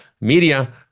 media